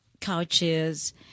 couches